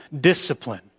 discipline